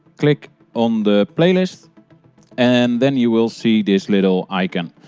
click on the playlist and then you will see this little icon.